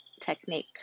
technique